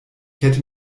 hätte